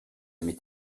m’est